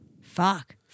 Fuck